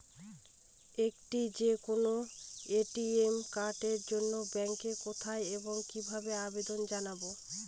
একটি যে কোনো এ.টি.এম কার্ডের জন্য ব্যাংকে কোথায় এবং কিভাবে আবেদন জানাব?